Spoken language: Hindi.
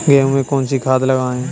गेहूँ में कौनसी खाद लगाएँ?